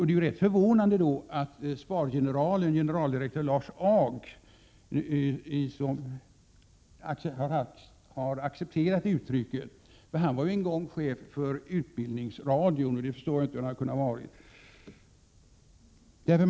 Det är rätt förvånande att spargeneralen, generaldirektör Lars Ag, har accepterat uttrycket, för han var en gång chef för Utbildningsradion; det förstår jag inte hur han har kunnat vara.